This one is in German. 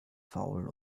faul